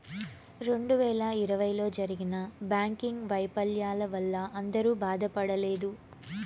రెండు వేల ఇరవైలో జరిగిన బ్యాంకింగ్ వైఫల్యాల వల్ల అందరూ బాధపడలేదు